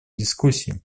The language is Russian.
дискуссию